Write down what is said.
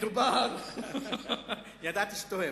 מדובר, ידעתי שאתה אוהב,